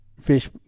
Fish